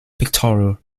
pictorial